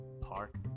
Park